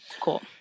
Cool